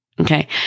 Okay